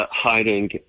hiding